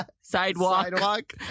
Sidewalk